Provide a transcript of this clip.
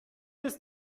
ist